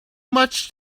much